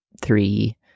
three